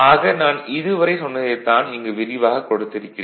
ஆக நான் இதுவரை சொன்னதைத் தான் இங்கு விரிவாக கொடுத்திருக்கிறேன்